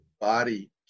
body